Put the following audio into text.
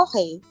okay